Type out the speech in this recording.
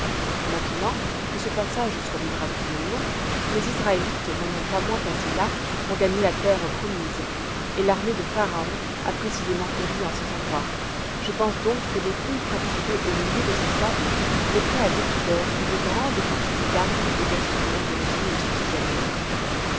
maintenant que ce passage soit miraculeux ou non les israélites n'en ont pas moins passé là pour gagner la terre promise et l'armée de pharaon a précisément péri en cet endroit je pense donc que des fouilles pratiquées au milieu de ces sables mettraient à découvert une grande quantité d'armes et d'instruments d'origine égyptienne